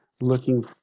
looking